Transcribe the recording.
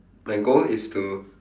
my goal is to